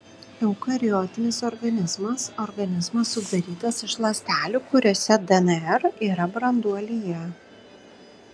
eukariotinis organizmas organizmas sudarytas iš ląstelių kuriose dnr yra branduolyje